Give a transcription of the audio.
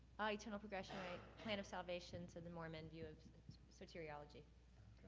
ah, eternal progression, plan of salvation to the mormon view of soteriology.